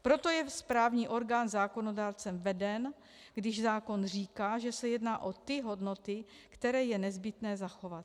Proto je správní orgán zákonodárcem veden, když zákon říká, že se jedná o ty hodnoty, které je nezbytné zachovat.